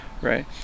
right